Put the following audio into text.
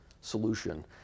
solution